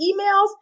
emails